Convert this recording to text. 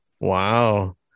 Wow